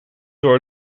door